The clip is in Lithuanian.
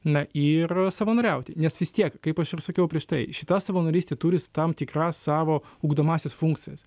na ir savanoriauti nes vis tiek kaip aš ir sakiau prieš tai šita savanorystė turi tam tikras savo ugdomąsias funkcijas